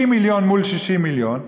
60 מיליון מול 60 מיליון.